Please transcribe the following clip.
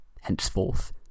henceforth